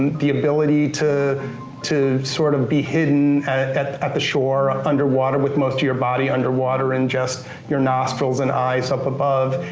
the ability to to sort of be hidden at at the shore underwater, with most of your body underwater, and just your nostrils and eyes up above.